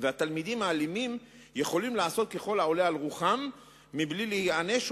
והתלמידים האלימים יכולים לעשות ככל העולה על רוחם בלי להיענש או